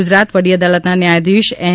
ગુજરાત વડી અદાલતના ન્યાયાધીશ એન